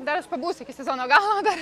dar aš pabūsiu iki sezono galo dar